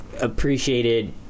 appreciated